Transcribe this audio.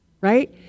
Right